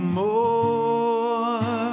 more